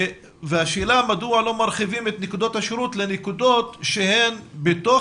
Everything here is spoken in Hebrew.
והשאלה מדוע לא מרחיבים את נקודות השירות לנקודות שהן בתוך